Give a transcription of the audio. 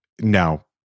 No